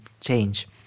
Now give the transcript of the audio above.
change